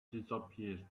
disappeared